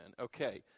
Okay